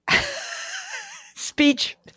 Speech